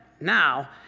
Now